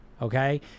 Okay